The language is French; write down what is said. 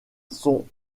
sont